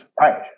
Right